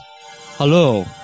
Hello